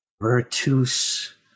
Virtus